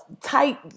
tight